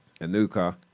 Anuka